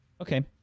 Okay